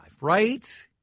right